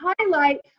highlight